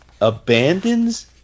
abandons